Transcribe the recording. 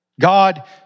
God